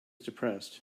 depressed